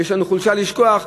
יש לנו חולשה לשכוח,